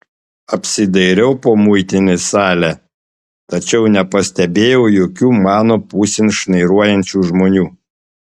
apsidairiau po muitinės salę tačiau nepastebėjau jokių mano pusėn šnairuojančių žmonių